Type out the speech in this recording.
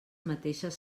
mateixes